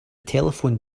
telephone